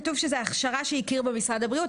כתוב שזוהי הכשרה שיכיר בה משרד הבריאות.